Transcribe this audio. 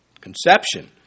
Conception